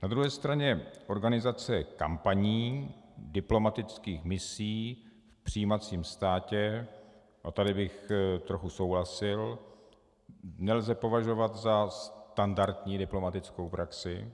Na druhé straně organizace kampaní diplomatických misí v přijímacím státě, a tady bych trochu souhlasil, nelze považovat za standardní diplomatickou praxi.